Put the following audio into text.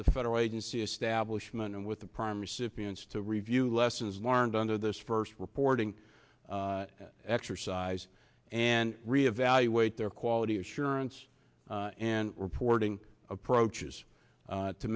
the federal agency establishment and with the prime recipients to review lessons learned under this first reporting exercise and re evaluate their quality assurance and reporting approaches